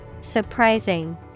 Surprising